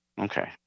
Okay